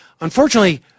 Unfortunately